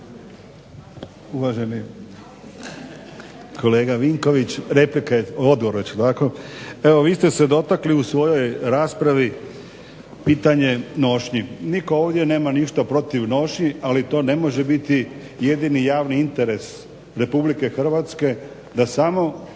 Uvaženi kolega Vinković, replika … evo vi ste se dotakli u svojoj raspravi pitanje nošnji. Nitko ovdje nema ništa protiv nošnji ali to ne može biti jedini javni interes RH da samo